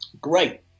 great